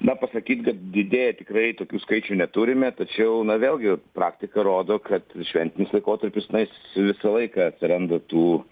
na pasakyt kad didėja tikrai tokių skaičių neturime tačiau na vėlgi praktika rodo kad šventinis laikotarpis na jis visą laiką atsiranda tų